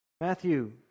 Matthew